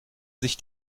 sich